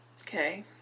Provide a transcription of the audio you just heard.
Okay